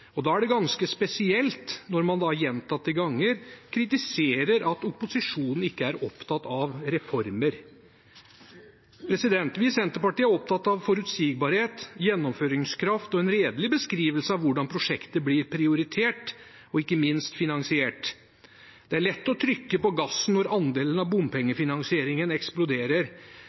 målsettinger. Da er det ganske spesielt at man gjentatte ganger kritiserer at opposisjonen ikke er opptatt av reformer. Vi i Senterpartiet er opptatt av forutsigbarhet, gjennomføringskraft og en redelig beskrivelse av hvordan prosjektet blir prioritert, og ikke minst finansiert. Det er lett å trykke på gassen når andelen med bompengefinansiering eksploderer.